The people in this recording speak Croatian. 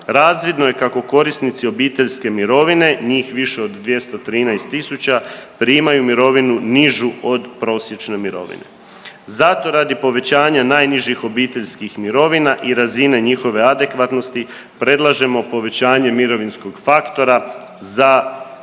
razvidno je kako korisnici obiteljske mirovine, njih više od 213.000 primaju mirovinu nižu od prosječne mirovine. Zato radi povećanja najnižih obiteljskih mirovina i razine njihove adekvatnosti predlažemo povećanje mirovinskog faktora za